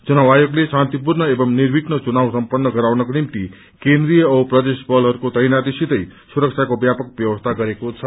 चुनाव आयोगले शान्तिपूर्ण एवं निर्विघ्न चुनाव सम्पन्न गराउनको निम्ति केन्द्रीय औ प्रदेश बलहरूको तैनाथीसितै सुरक्षाको व्यापक व्यवस्था गरेको छ